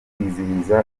kwizihiza